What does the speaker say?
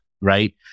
right